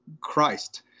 Christ